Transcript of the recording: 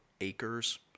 acres